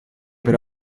per